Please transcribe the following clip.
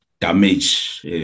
damage